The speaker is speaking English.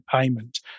payment